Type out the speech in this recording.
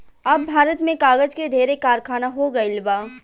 अब भारत में कागज के ढेरे कारखाना हो गइल बा